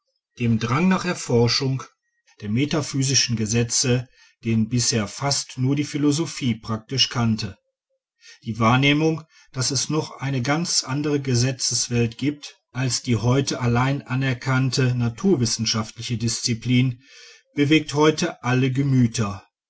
dem drang nach erforschung der metaphysischen gesetze den bisher fast nur die philosophie praktisch kannte die wahrnehmung daß es noch eine ganz andere gesetzeswelt gibt als die heute allein anerkannte na turwissenschaftliche disziplin bewegt heute alle gemüter